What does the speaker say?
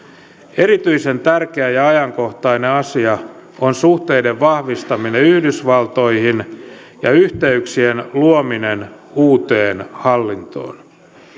erityisen tärkeä ja ajankohtainen asia on suhteiden vahvistaminen yhdysvaltoihin ja yhteyksien luominen uuteen hallintoon